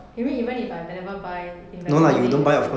you mean even if I never buy investment then 也是